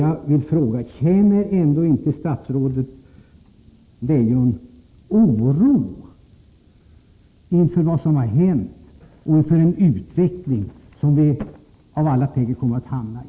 Jag vill fråga: Känner ändå inte statsrådet Leijon oro inför vad som har hänt och för en utveckling som vi av alla tecken att döma kommer att hamna i?